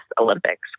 Olympics